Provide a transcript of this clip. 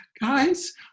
guys